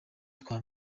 twa